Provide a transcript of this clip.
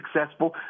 successful